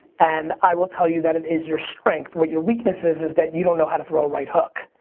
and i will tell you that it is your strength. what your weakness is is that you don't know how to throw a right hook.